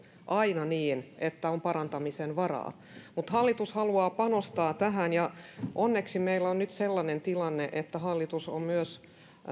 aina niin että on parantamisen varaa mutta hallitus haluaa panostaa tähän ja onneksi meillä on nyt sellainen tilanne että hallitus on myös